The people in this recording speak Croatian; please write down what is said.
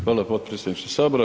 Hvala potpredsjedniče Sabora.